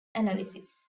analysis